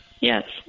Yes